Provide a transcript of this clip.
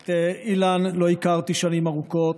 את אילן לא הכרתי שנים ארוכות.